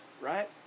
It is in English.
right